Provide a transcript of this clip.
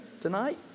tonight